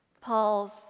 Paul's